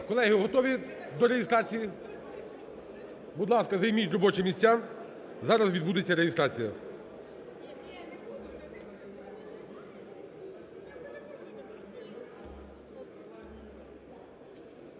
Колеги, готові до реєстрації? Будь ласка, займіть робочі місця, зараз відбудеться реєстрація.